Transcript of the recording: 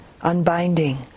unbinding